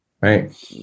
Right